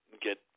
get